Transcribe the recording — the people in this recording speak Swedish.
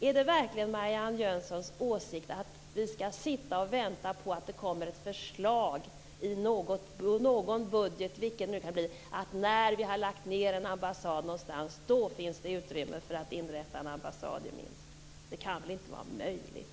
Är det verkligen Marianne Jönssons åsikt att vi ska sitta och vänta på att det kommer ett förslag i någon budget - vilken det nu kan bli - om att när vi har lagt ned en ambassad någonstans så finns det utrymme för att inrätta en ambassad i Minsk? Det kan väl inte vara möjligt?